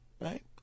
Right